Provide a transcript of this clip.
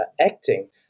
acting